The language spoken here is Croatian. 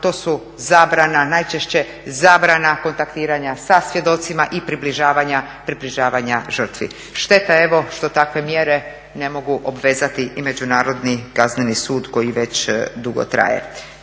to su zabrana, najčešće zabrana kontaktiranja sa svjedocima i približavanja žrtvi. Šteta evo što takve mjere ne mogu obvezati i Međunarodni kazneni sud koji već dugo traje.